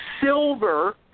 silver